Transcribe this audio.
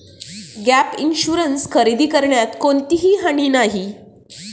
gap insurance खरेदी करण्यात कोणतीही हानी नाही